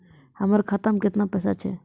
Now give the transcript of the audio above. हमर खाता मैं केतना पैसा छह?